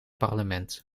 parlement